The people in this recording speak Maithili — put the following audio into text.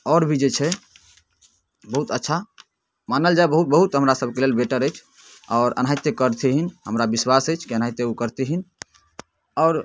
आओर भी जे छै बहुत अच्छा मानल जै बहु बहुत हमरासभके बेटर अछि आओर एनाहिते करथिन हमरा विश्वास अछि एनाहिते करथिन आओर